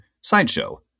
Sideshow